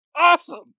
awesome